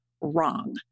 wrong